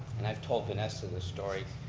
and i've told vanessa this story.